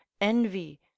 envy